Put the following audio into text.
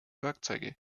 werkzeuge